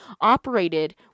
operated